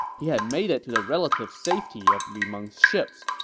he had made it to the relative safety of lu meng's ships,